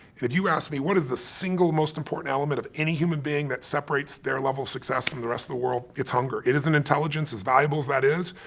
if you ask me what is the single most important element of any human being that separates their level of success from the rest of the world, it's hunger. it isn't intelligence, as valuable as that is.